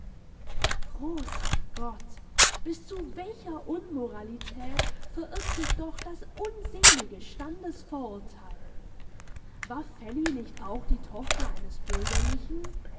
großer gott bis zu welcher unmoralität verirrt sich doch das unselige standesvorurteil war fanny nicht auch die tochter eines bürgerlichen